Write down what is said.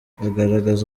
agaragaza